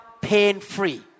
pain-free